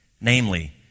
namely